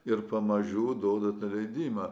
ir pamažu duoda tą leidimą